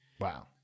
Wow